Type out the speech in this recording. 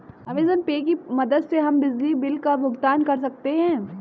Amazon Pay की मदद से हम बिजली बिल का भुगतान कर सकते हैं